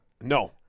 No